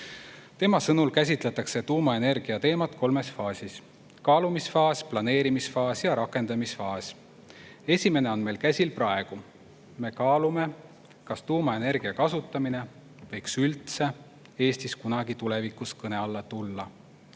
Tema sõnul käsitletakse tuumaenergiateemat kolmes faasis: kaalumisfaas, planeerimisfaas ja rakendamisfaas. Esimene on meil käsil praegu. Me kaalume, kas tuumaenergia kasutamine võiks üldse Eestis kunagi tulevikus kõne alla tulla.